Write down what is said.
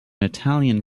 italian